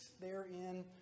therein